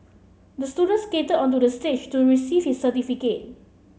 the student skated onto the stage to receive his certificate